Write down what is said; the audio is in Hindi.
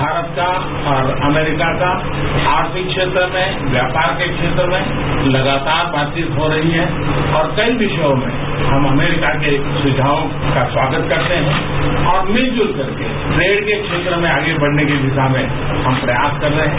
भारत का और अमरीका का आर्थिक क्षेत्र में व्यापार के क्षेत्र में लगातार बातचीत हो रही है और कई विषयों में हम अमरीका के सुझावों का स्वागत करते है और मिलजुल करके ट्रेड के क्षेत्र में आगे बढ़ने की दिशा में हम प्रयास कर रहे हैं